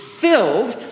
filled